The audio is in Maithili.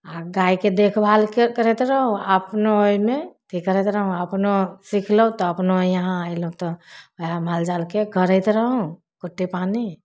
आ गायके देखभालके करैत रहु अपनो ओहिमे अथी करैत रहु अपनो सिखलौ तऽ अपनो इहाँ अयलहुॅं तऽ वएह मालजालके करैत रहौ कुट्टी पानि